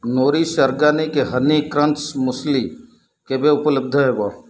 Nourish organic honey crunch muesli କେବେ ଉପଲବ୍ଧ ହେବ